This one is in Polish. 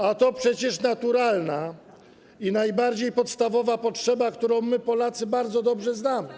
A to przecież naturalna i najbardziej podstawowa potrzeba, którą my, Polacy bardzo dobrze znamy.